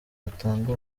batanga